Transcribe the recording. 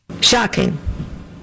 Shocking